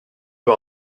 pas